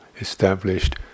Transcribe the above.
established